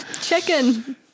chicken